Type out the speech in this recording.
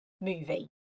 movie